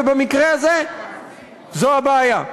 ובמקרה הזה זו הבעיה,